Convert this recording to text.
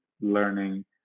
learning